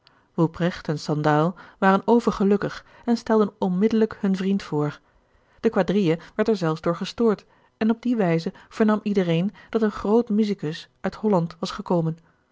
en sandal waren overgelukkig en stelden onmiddelijk hun vriend voor de quadrille werd er zelfs door gestoord en op die wijze vernam iedereen dat een groot musicus uit holland was gekomen